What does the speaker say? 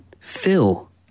Phil